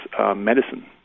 medicine